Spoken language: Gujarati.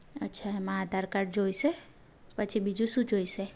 અચ્છા એમાં આધાર કાડ જોઈશે પછી બીજું શું જોઈશે